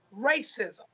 racism